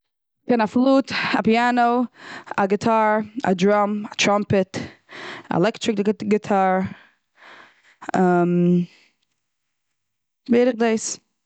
כ'קען א פלוט, פיענא, א גיטאר, א דראם, קראמפעק, א עלעקטריק גיטאר, בערך דאס.